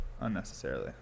Unnecessarily